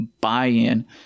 buy-in